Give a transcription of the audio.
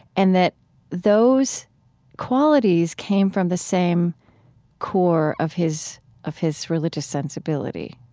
and that those qualities came from the same core of his of his religious sensibility